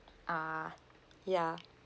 ah ya